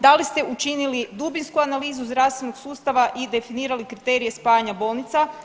Da li ste učinili dubinsku analizu zdravstvenog sustava i definirali kriterije spajanja bolnica?